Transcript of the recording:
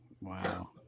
Wow